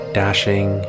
dashing